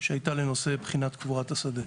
שהייתה בנושא בחינת קבורת השדה.